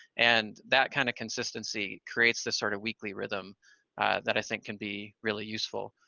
and that kind of consistency creates this sort of weekly rhythm that i think can be really useful.